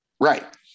Right